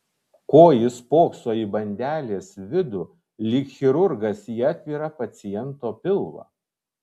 ko jis spokso į bandelės vidų lyg chirurgas į atvirą paciento pilvą